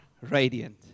radiant